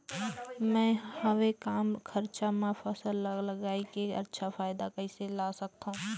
मैं हवे कम खरचा मा फसल ला लगई के अच्छा फायदा कइसे ला सकथव?